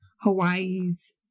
Hawaii's